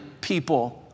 people